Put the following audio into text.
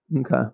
Okay